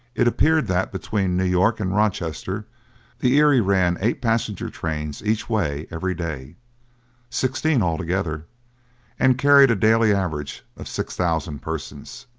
it appeared that between new york and rochester the erie ran eight passenger-trains each way every day sixteen altogether and carried a daily average of six thousand persons.